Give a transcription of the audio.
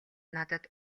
надад